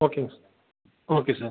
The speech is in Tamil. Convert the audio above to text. ஓகேங்க சார் ஓகே சார்